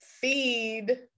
feed